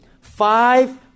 Five